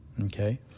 Okay